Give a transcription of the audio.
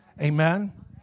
amen